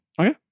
Okay